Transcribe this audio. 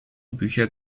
bücher